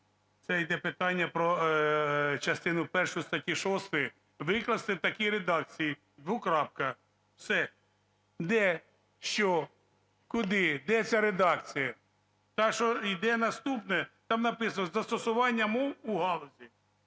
(це йде питання про частину першу статті 6): викласти в такій редакції, двокрапка. Все. Де? Що? Куди? Де ця редакція? Та, що йде наступна. Там написано: застосування мов у галузі,